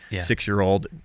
six-year-old